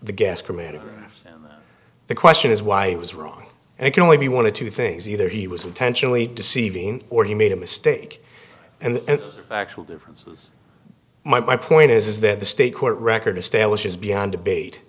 chromatograph the question is why it was wrong it can only be one of two things either he was intentionally deceiving or he made a mistake and the actual differences my point is that the state court record establishes beyond debate